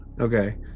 Okay